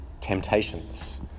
temptations